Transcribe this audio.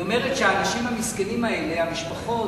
היא אומרת שהאנשים המסכנים האלה, המשפחות,